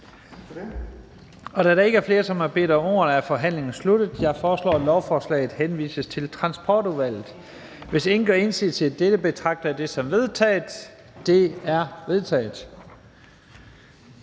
Da der ikke er flere, som har bedt om ordet, er forhandlingen sluttet. Jeg foreslår, at lovforslaget henvises til Transportudvalget. Hvis ingen gør indsigelse mod dette, betragter jeg det som vedtaget. Det er vedtaget.